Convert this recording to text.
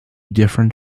different